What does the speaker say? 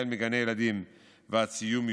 מגני הילדים ועד סיום י"ב,